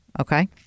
Okay